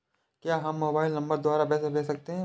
क्या हम mobile number द्वारा पैसे भेज सकते हैं?